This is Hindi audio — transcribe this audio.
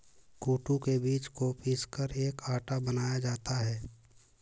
कूटू के बीज को पीसकर एक आटा बनाया जाता है